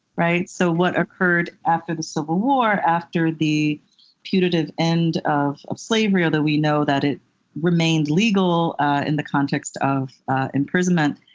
so what occurred after the civil war, after the putative end of of slavery, although we know that it remained legal in the context of imprisonment.